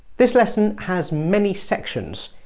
this lesson has many sections.